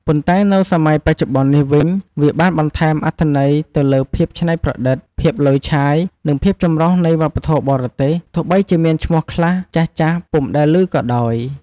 ប៉ុន្តែនៅក្នុងសម័យបច្ចុប្បន្ននេះវិញ វាបានបន្ថែមអត្ថន័យទៅលើភាពច្នៃប្រឌិត ភាពឡូយឆាយ និងភាពចម្រុះនៃវប្បធម៌បរទេស ទោះបីជាមានឈ្មោះខ្លះចាស់ៗពុំដែលឮក៏ដោយ។